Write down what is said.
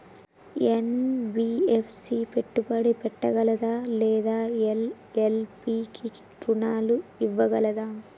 NBFC పెట్టుబడి పెట్టగలదా లేదా ఎల్.ఎల్.పి కి రుణాలు ఇవ్వగలదా?